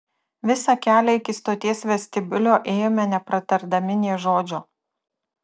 visą kelią iki stoties vestibiulio ėjome nepratardami nė žodžio